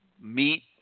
meet